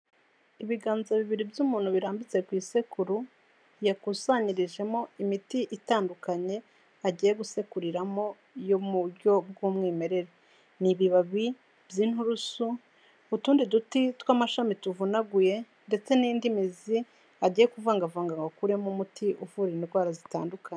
Ibiganza bibiri by'umuntu birambitse ku isekuru, yakusanyirijemo imiti itandukanye, agiye gusekuriramo yo mu buryo bw'umwimerere. Ni ibibabi by'inturusu, utundi duti tw'amashami tuvunaguye, ndetse n'indi mizi agiye kuvangavanga akuremo umuti uvura indwara zitandukanye.